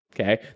Okay